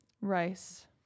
Rice